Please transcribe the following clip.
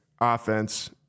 offense